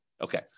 Okay